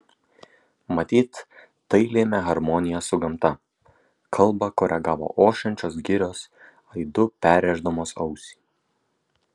matyt tai lėmė harmonija su gamta kalbą koregavo ošiančios girios aidu perrėždamos ausį